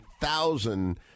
thousand